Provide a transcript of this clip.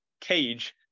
cage